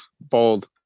bold